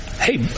Hey